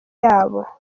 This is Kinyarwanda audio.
yabo